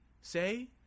say